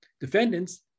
defendants